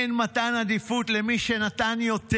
אין מתן עדיפות למי שנתן יותר.